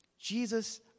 Jesus